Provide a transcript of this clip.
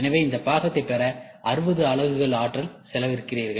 எனவே இந்த பாகத்தை பெற 60 அலகுகள் ஆற்றல் செலவழிக்கிறீர்கள்